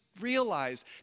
realize